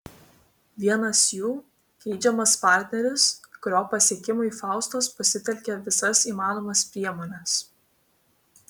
vienas jų geidžiamas partneris kurio pasiekimui faustos pasitelkia visas įmanomas priemones